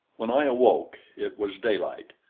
when i awoke, it was daylight,